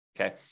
Okay